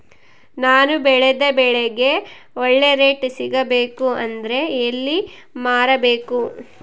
ನಾನು ಬೆಳೆದ ಬೆಳೆಗೆ ಒಳ್ಳೆ ರೇಟ್ ಸಿಗಬೇಕು ಅಂದ್ರೆ ಎಲ್ಲಿ ಮಾರಬೇಕು?